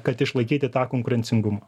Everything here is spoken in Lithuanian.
kad išlaikyti tą konkurencingumą